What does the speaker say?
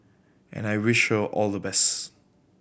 and I wish her all the best